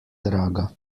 draga